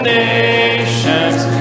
nations